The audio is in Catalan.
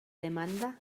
demanda